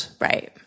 Right